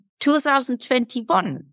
2021